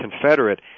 Confederate